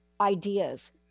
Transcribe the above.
ideas